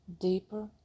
deeper